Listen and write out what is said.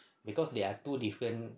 because they are two different